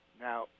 Now